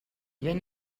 ben